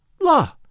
La